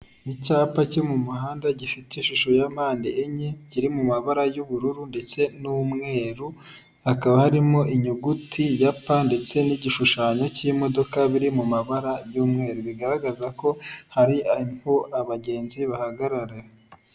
Icyapa cyo mu muhanda gifite ishusho ya mpande enye kiri mu mabara y'ubururu ndetse n'umweru, hakaba harimo inyuguti ya p ndetse n'igishushanyo cy'imodoka biri mu mabara y'umweru bigaragaza ko hari aho abagenzi bahagarara.